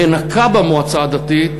המנקה במועצה הדתית,